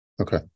Okay